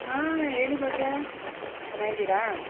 ಹಾಂ ಹೇಳಿ ಭಾಗ್ಯ ಚೆನ್ನಾಯಿದೀರಾ